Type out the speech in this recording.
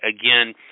Again